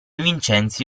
vincenzi